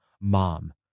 mom